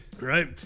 Right